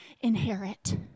inherit